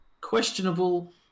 questionable